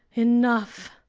enough!